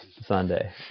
Sunday